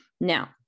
now